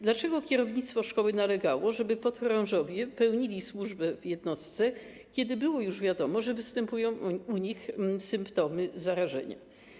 Dlaczego kierownictwo szkoły nalegało, żeby podchorążowie pełnili służbę w jednostce, kiedy było już wiadomo, że występują u nich symptomy zarażenia?